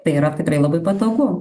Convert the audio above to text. tai yra tikrai labai patogu